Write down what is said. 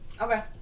Okay